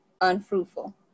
unfruitful